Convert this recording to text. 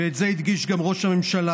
ואת זה הדגיש גם ראש הממשלה,